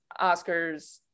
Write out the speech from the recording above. Oscars